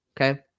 Okay